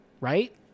right